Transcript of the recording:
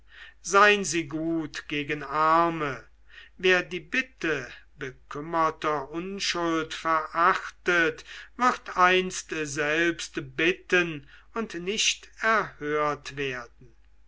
sein sie gut gegen arme wer die bitte bekümmerter unschuld verachtet wird einst selbst bitten und nicht erhört werden